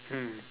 hmm